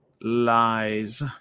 Lies